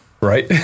Right